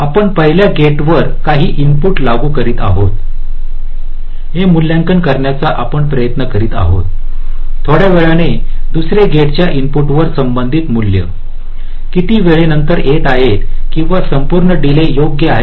आपण पहिल्या गेटवर काही इनपुट लागू करीत आहोत हे मूल्यांकन करण्याचा आपण प्रयत्न करीत आहोत थोड्या वेळाने दुसर्या गेटच्या इनपुटवर संबंधित मूल्ये किती वेळानंतर येत आहेत किंवा संपूर्ण डीले योग्य आहे